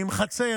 עם חצר,